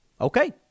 Okay